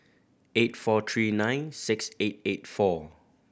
eight four three nine six eight eight four